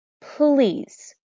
please